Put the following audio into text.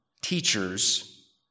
teachers